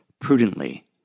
prudently